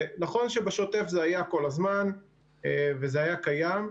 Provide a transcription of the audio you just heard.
נכון שבשוטף זה היה כל הזמן וזה היה קיים,